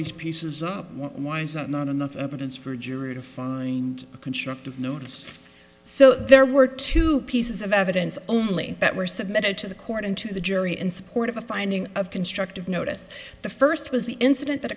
these pieces up why is that not enough evidence for a jury to find constructive notice so there were two pieces of evidence only that were submitted to the court and to the jury in support of a finding of constructive notice the first was the incident that